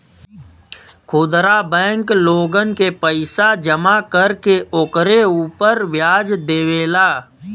खुदरा बैंक लोगन के पईसा जमा कर के ओकरे उपर व्याज देवेला